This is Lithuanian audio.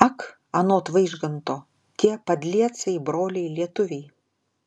ak anot vaižganto tie padliecai broliai lietuviai